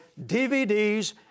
DVDs